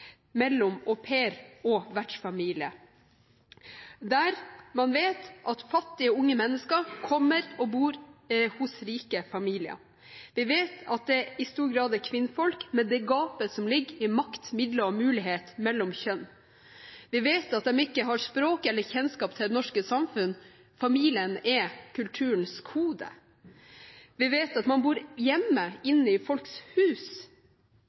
mellom au pair og vertsfamilie: Vi vet at det er fattige unge mennesker som kommer og bor hos rike familier. Vi vet at det i stor grad er kvinnfolk, med det gapet som ligger i makt, midler og mulighet mellom kjønn. Vi vet at de ikke har kjennskap til språket eller til det norske samfunn. Familien er kulturens kode. Vi vet at man bor hjemme, inne i folks hus,